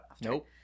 nope